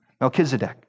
Melchizedek